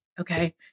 Okay